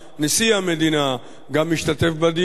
גם נשיא המדינה השתתף בדיון.